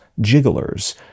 jigglers